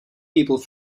people